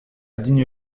digne